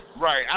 Right